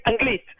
English